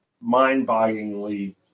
mind-bogglingly